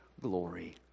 glory